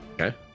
Okay